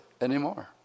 anymore